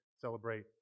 celebrate